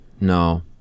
no